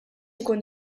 ikun